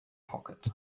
pocket